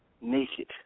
naked